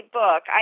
book